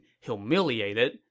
humiliated